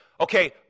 Okay